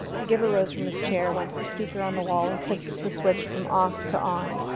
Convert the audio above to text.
the giver rose from his chair, went to the speaker on the wall, and clicked the switch from off to on.